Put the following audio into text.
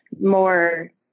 more